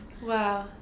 Wow